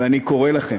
ואני קורא לכם,